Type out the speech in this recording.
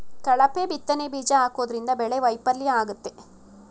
ಕಳಪೆ ಬಿತ್ತನೆ ಬೀಜ ಹಾಕೋದ್ರಿಂದ ಬೆಳೆ ವೈಫಲ್ಯ ಆಗುತ್ತೆ